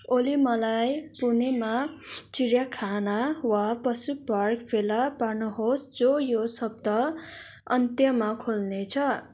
ओली मलाई पुनेमा चिडियाखाना वा पशु पार्क फेला पार्नुहोस् जो यो सप्ताह अन्त्यमा खोल्नेछ